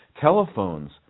telephones